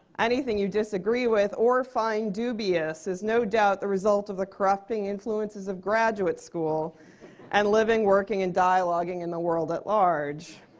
anything you disagree with or find dubious is no doubt a result of the corrupting influences of graduate school and living, working, and dialoguing in the world at large.